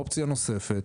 אופציה נוספת